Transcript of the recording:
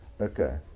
Okay